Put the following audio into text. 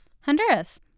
Honduras